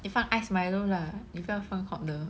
你放 iced Milo lah 你不要放 hot 的